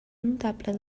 notable